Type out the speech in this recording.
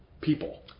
people